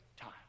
time